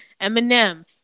Eminem